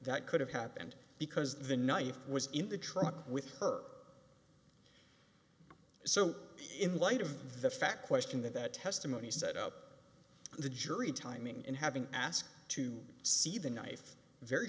that could have happened because the knife was in the trunk with her so in light of the fact question that that testimony set up the jury timing in having asked to see the knife very